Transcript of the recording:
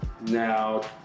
Now